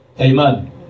Amen